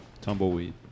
tumbleweed